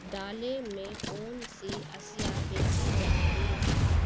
ڈالے میں کون سی اشیاء بیچی جا رہی ہے